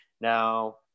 Now